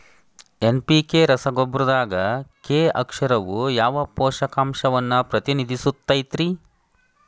NPK ರಸಗೊಬ್ಬರದಾಗ K ಅಕ್ಷರವು ಯಾವ ಪೋಷಕಾಂಶವನ್ನ ಪ್ರತಿನಿಧಿಸುತೈತ್ರಿ?